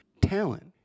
talent